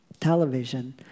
television